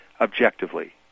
objectively